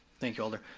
thank you alder.